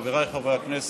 חבריי חברי הכנסת.